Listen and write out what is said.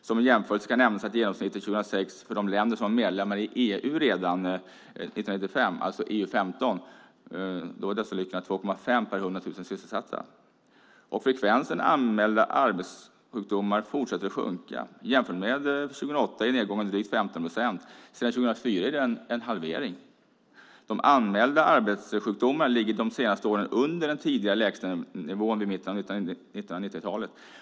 Som jämförelse kan nämnas att genomsnittet 2006 för de länder som var medlemmar i EU redan 1995, alltså EU-15, var 2,5 per hundra tusen sysselsatta. Frekvensen anmälda arbetssjukdomar fortsätter att sjunka. Jämfört med 2008 är nedgången drygt 15 procent. Sedan 2004 har det blivit en halvering. De anmälda arbetssjukdomarna ligger de senaste åren under den tidigare lägsta nivån vid mitten av 1990-talet.